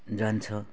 जान्छ